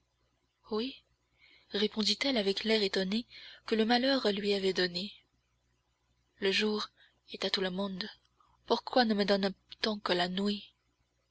horrible oui répondit-elle avec l'air étonné que le malheur lui avait donné le jour est à tout le monde pourquoi ne me donne-t-on que la nuit